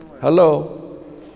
Hello